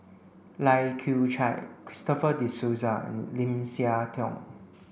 Lai Kew Chai Christopher De Souza and Lim Siah Tong